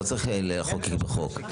לא צריך לחוקק בחוק.